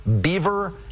beaver